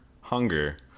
hunger